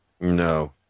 No